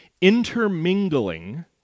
intermingling